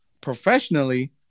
professionally